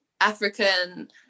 African